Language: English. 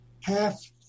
Half